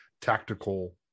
tactical